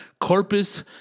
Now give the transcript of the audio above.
Corpus